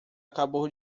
acabou